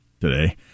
today